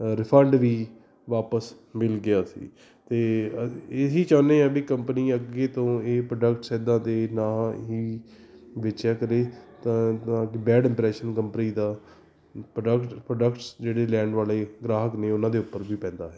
refund ਵੀ ਵਾਪਸ ਮਿਲ ਗਿਆ ਸੀ ਅਤੇ ਇਹੀ ਚਾਹੁੰਦੇ ਹਾਂ ਵੀ ਕੰਪਨੀ ਅੱਗੇ ਤੋਂ ਇਹ ਪ੍ਰੋਡਕਟਸ ਇੱਦਾਂ ਦੇ ਨਾ ਹੀ ਵੇਚਿਆ ਕਰੇ ਤਾਂ ਬ ਬੈਡ ਇਮਪਰੈਸ਼ਨ ਕੰਪਨੀ ਦਾ ਪ੍ਰੋਡਕਟ ਪ੍ਰੋਡਕਟਸ ਜਿਹੜੇ ਲੈਣ ਵਾਲੇ ਗ੍ਰਾਹਕ ਨੇ ਉਹਨਾਂ ਦੇ ਉੱਪਰ ਵੀ ਪੈਂਦਾ ਹੈ